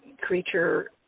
creature